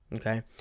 Okay